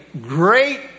great